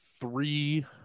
three